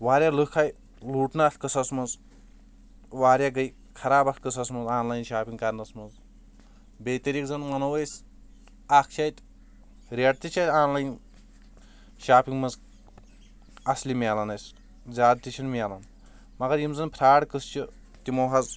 واریاہ لُک آے لوٗٹنہٕ اَتھ قٕصس منٛز واریاہ گے خراب اَتھ قٕصَس منٛز آن لاین شاپِنٛگ کرنَس منٛز بیٚیہِ طٔریٖق زَن وَنو أسۍ اَکھ چھِ اتہِ ریٹ تہِ چھِ آن لایِن شاپِنٛگ منٛز اَصلہِ مِلان اسہِ زیاد تہِ چھِنہ مِلان مگر یِم زَن فرٛاڈ قٕصہٕ چھِ تِمو حض